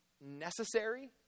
necessary